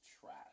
trash